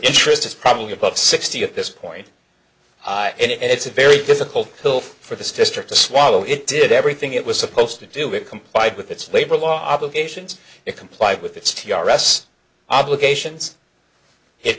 interest is probably above sixty at this point and it's a very difficult hill for this district to swallow it did everything it was supposed to do it complied with its labor law obligations it complied with its t r s obligations it